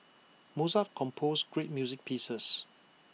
Mozart composed great music pieces